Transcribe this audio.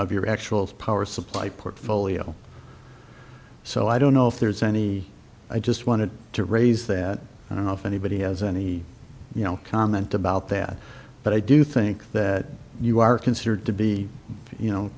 of your actual power supply portfolio so i don't know if there's any i just wanted to raise that i don't know if anybody has any comment about that but i do think that you are considered to be you know